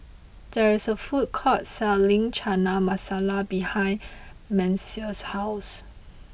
there is a food court selling Chana Masala behind Messiah's house